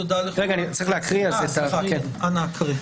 אנא הקרא.